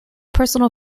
personal